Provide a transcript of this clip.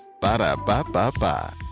Ba-da-ba-ba-ba